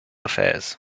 affairs